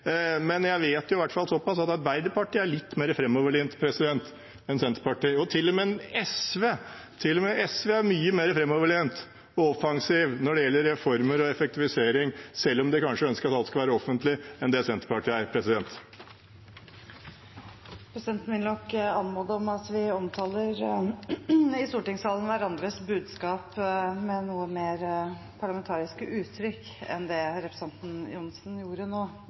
Jeg vet i hvert fall såpass at Arbeiderpartiet er litt mer framoverlent enn Senterpartiet. Til og med SV er mye mer framoverlent og offensivt når det gjelder reformer og effektivisering, selv om de kanskje ønsker at alt skal være offentlig – mer enn det Senterpartiet ønsker. Presidenten vil anmode om at vi i stortingssalen omtaler hverandres budskap med noe mer parlamentariske uttrykk enn det representanten Johnsen gjorde nå.